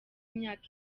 imyaka